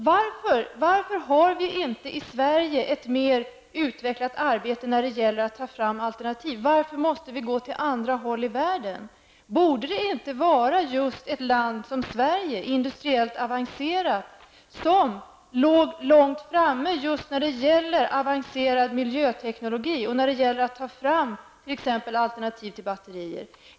Varför har vi inte i Sverige ett mer utvecklat arbete när det gäller att ta fram alternativ? Varför måste vi gå till andra delar av världen? Borde inte just ett land som Sverige, industriellt avancerat, ligga långt framme just när det gäller avancerad miljöteknologi och när det gäller att ta fram t.ex. alternativ till batterier?